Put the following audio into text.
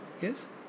Yes